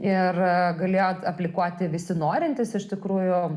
ir galėjo aplikuoti visi norintys iš tikrųjų